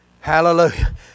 Hallelujah